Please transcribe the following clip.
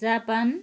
Japan